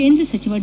ಕೇಂದ್ರ ಸಚಿವ ಡಿ